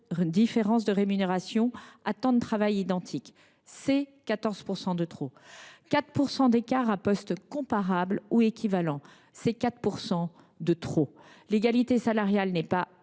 différences de rémunération à temps de travail identique, c’est 14 % de trop. Pareillement, 4 % d’écart à poste comparable ou équivalent, c’est 4 % de trop. L’égalité salariale n’est pas